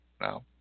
Now